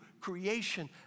creation